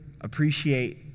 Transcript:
appreciate